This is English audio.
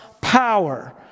power